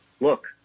look